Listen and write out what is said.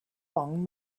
long